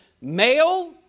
male